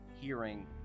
hearing